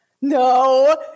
No